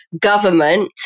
government